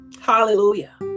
Hallelujah